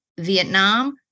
Vietnam